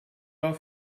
war